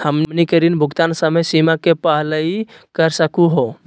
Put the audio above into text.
हमनी के ऋण भुगतान समय सीमा के पहलही कर सकू हो?